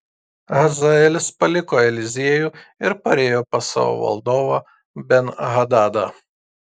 hazaelis paliko eliziejų ir parėjo pas savo valdovą ben hadadą